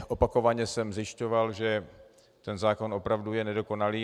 Opakovaně jsem zjišťoval, že ten zákon opravdu je nedokonalý.